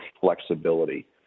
flexibility